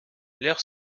l’ère